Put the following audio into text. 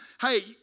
Hey